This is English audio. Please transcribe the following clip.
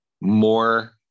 more